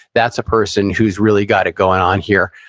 that's a person who's really got it going on here.